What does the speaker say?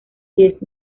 diez